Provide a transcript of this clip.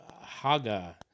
Haga